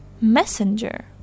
messenger